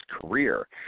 career